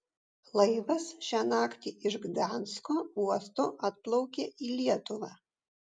laivas šią naktį iš gdansko uosto atplaukė į lietuvą